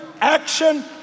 action